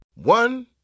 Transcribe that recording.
One